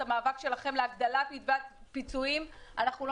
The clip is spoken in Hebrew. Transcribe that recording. המאבק שלכם להגדלת הפיצויים אנחנו לא